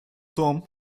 том